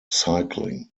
cycling